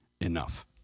enough